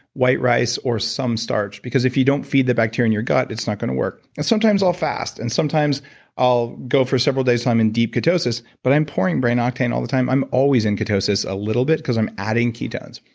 white rice or some starch, because if you don't feed the bacteria in your gut it's not going to work sometimes i'll fast, and sometimes i'll go for several days until i'm in deep ketosis but i'm pouring brain octane all the time. i'm always in ketosis a little bit because i'm adding ketones.